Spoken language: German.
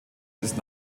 ist